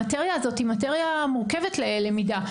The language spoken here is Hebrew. המטריה הזו מורכבת ללמידה.